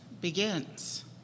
begins